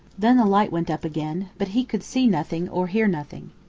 then the light went up again, but he could see nothing or hear nothing.